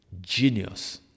genius